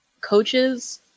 coaches